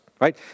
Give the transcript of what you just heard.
Right